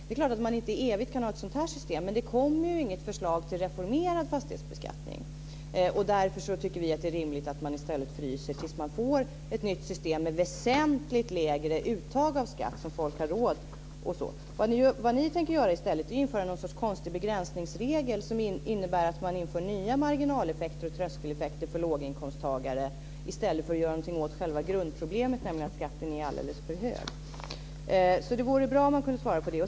Det är klart att man inte evigt kan ha ett sådant här system, men det kommer inget förslag till reformerad fastighetsbeskattning. Därför tycker vi att det är rimligt att man fryser tills man får ett nytt system med ett väsentligt lägre uttag av skatt som folk har råd med. Vad ni tänker göra i stället är att införa någon sorts konstig begränsningsregel som innebär att man inför nya marginaleffekter och tröskeleffekter för låginkomsttagare, i stället för att göra någonting åt själva grundproblemet, nämligen att skatten är alldeles för hög. Det vore bra om finansministern kunde svara på det.